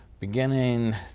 beginning